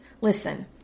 Listen